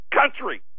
country